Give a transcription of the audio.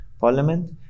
parliament